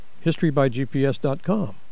historybygps.com